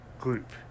group